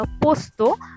posto